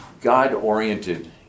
God-oriented